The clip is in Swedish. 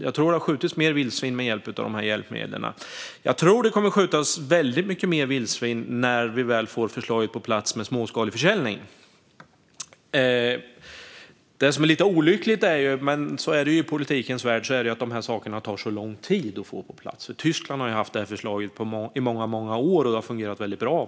Jag tror att det har skjutits mer vildsvin med hjälp av dessa hjälpmedel. Jag tror också att det kommer att skjutas väldigt mycket mer vildsvin när vi väl får förslaget om småskalig försäljning på plats. Det som är lite olyckligt - men så är det ju i politikens värld - är att dessa saker tar så lång tid att få på plats. Tyskland har haft småskalig försäljning i många år, och det har fungerat väldigt bra.